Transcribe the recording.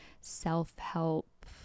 self-help